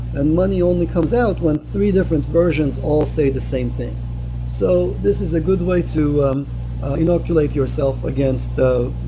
and money only comes out when three different versions all say the same thing so this is a good way to um inoculate yourself against